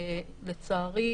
לצערי,